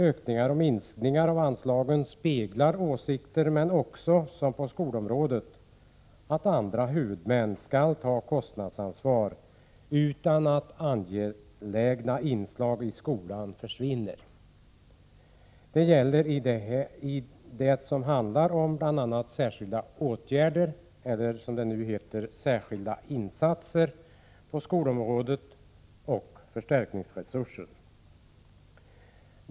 Ökningar och minskningar av anslagen speglar åsikter men innefattar också att andra huvudmän skall ta kostnadsansvar utan att angelägna inslag i skolan försvinner. Det gäller bl.a. särskilda åtgärder — eller, som det nu heter, särskilda insatser — på skolområdet och förstärkningsresursen.